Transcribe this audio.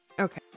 Okay